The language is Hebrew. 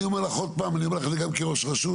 אני אומר לך עוד פעם, אני אומר לך גם כראש רשות,